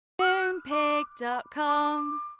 Moonpig.com